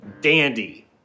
dandy